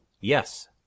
Yes